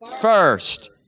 First